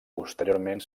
posteriorment